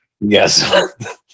yes